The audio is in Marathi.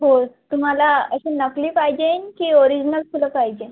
हो तुम्हाला अशी नकली पाहिजे की ओरिजीनल फुलं पाहिजे